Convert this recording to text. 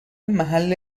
محل